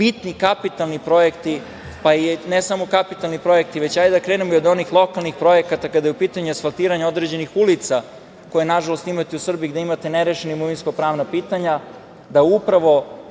bitni kapitalni projekti, pa ne samo kapitalni projekti, već hajde da krenemo i od onih lokalnih projekata kada je u pitanju asfaltiranje određenih ulica, nažalost imate u Srbiji gde imate nerešeno imovinsko-pravna pitanja, da upravo